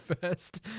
first